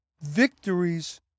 victories